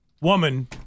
woman